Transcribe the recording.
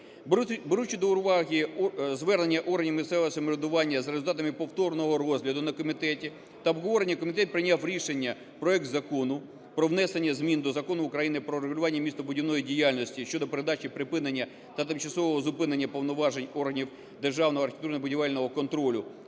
Беручи до уваги звернення органів місцевого самоврядування, за результатами повторного розгляду на комітеті та обговорення, комітет прийняв рішення проект Закону про внесення змін до Закону України "Про регулювання містобудівної діяльності" (щодо передачі, припинення та тимчасового зупинення повноважень органів Державного архітектурного будівельного контролю)